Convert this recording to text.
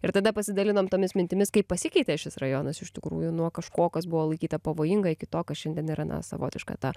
ir tada pasidalinom tomis mintimis kaip pasikeitė šis rajonas iš tikrųjų nuo kažko kas buvo laikyta pavojinga iki to kas šiandien yra na savotiška ta